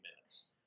minutes